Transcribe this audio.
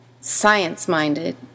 science-minded